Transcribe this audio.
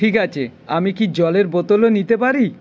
ঠিক আছে আমি কি জলের বোতলও নিতে পারি